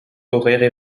horaires